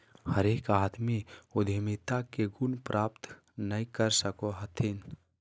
हरेक आदमी उद्यमिता के गुण प्राप्त नय कर सको हथिन